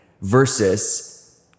versus